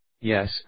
Yes